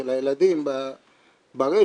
של הילדים ברשת,